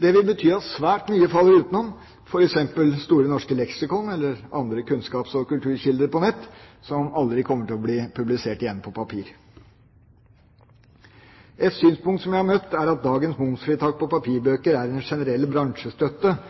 Det vil bety at svært mye faller utenom, f.eks. Store norske leksikon, eller andre kunnskaps- og kulturkilder på nett, som aldri kommer til å bli publisert igjen på papir. Et synspunkt som jeg har møtt, er at dagens momsfritak på